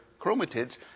chromatids